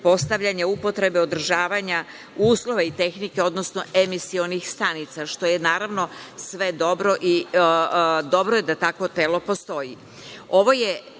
upotrebe održavanja, uslove i tehnike, odnosno, emisionih stanica, što je naravno sve dobro, dobro je tako telo postoji. Ovo